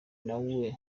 nawe